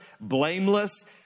blameless